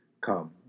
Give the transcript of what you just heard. Come